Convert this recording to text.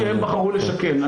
במקומות שהם בחרו לשכן.